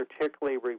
particularly